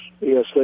Yes